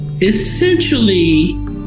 essentially